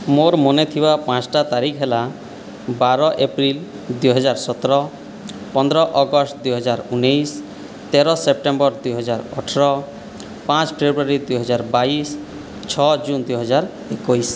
ମୋର ମନେଥିବା ପାଞ୍ଚଟା ତାରିଖ ହେଲା ବାର ଏପ୍ରିଲ୍ ଦୁଇହଜାର ସତର ପନ୍ଦର ଅଗଷ୍ଟ ଦୁଇହଜାର ଉଣେଇଶ ତେର ସେପ୍ଟେମ୍ବର ଦୁଇହଜାର ଅଠର ପାଞ୍ଚ ଫେବୃଆରୀ ଦୁଇହଜାର ବାଇଶ ଛଅ ଜୁନ୍ ଦୁଇହଜାର ଏକୋଇଶ